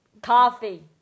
coffee